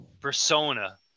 persona